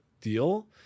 deal